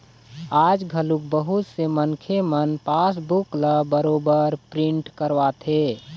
आज घलोक बहुत से मनखे मन पासबूक ल बरोबर प्रिंट करवाथे